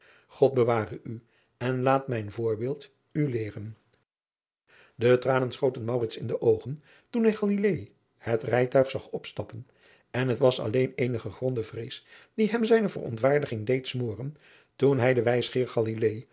god beware u en laat mijn voorbeeld u leeren de tranen schoten maurits in de oogen toen hij galilaei het rijtuig zag opstappen en het was alleen eene gegronde vrees die hem zijne verontwaardiging deed smoren toen hij den wijsgeer